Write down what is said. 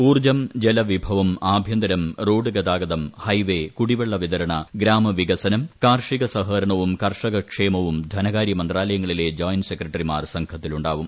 ഊർജം ജലവിഭവം ആഭ്യന്തരം റോഡ് ഗതാഗതം ഹൈവേ കുടിവെള്ള വിതരണ ഗ്രാമവികസനം കാർഷിക സഹകരണവും കർഷക ക്ഷേമവും ധനകാരൃ മന്ത്രാലയങ്ങളിലെ ജോയിന്റ് സെക്രട്ടറിമാർ സംഘത്തിലുണ്ടാവും